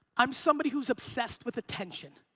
i'm somebody who is obsessed with attention.